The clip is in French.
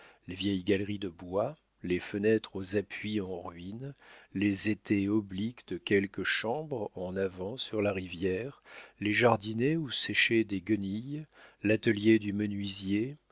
les vieilles galeries de bois les fenêtres aux appuis en ruines les étais obliques de quelque chambre en avant sur la rivière les jardinets où séchaient des guenilles l'atelier du menuisier